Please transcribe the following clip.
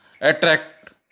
attract